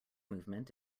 movement